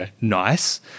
nice